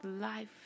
life